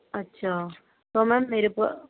اچھا تو میم میرے پاس